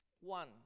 One